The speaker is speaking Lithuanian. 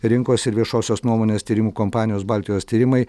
rinkos ir viešosios nuomonės tyrimų kompanijos baltijos tyrimai